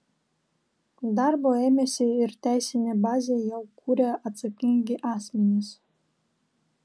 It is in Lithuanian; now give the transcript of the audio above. darbo ėmėsi ir teisinę bazę jau kuria atsakingi asmenys